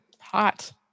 hot